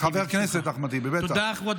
חבר הכנסת אחמד טיבי, בטח.